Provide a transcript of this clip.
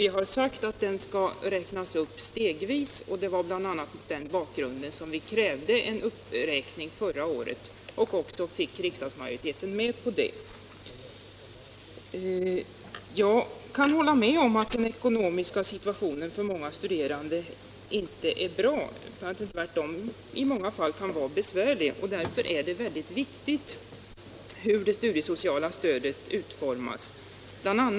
Vi har sagt att bidragsdelen stegvis skall räknas upp så att den följer penningvärdesutvecklingen, och det var bl.a. mot den bakgrunden som vi förra året krävde en uppräkning och också fick riksdagsmajoriteten med på den. Jag kan hålla med om att den ekonomiska situationen för många studerande inte är bra, att den t.o.m. i många fall kan vara besvärlig. Därför är det viktigt hur det studiesociala stödet utformas i framtiden.